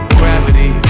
gravity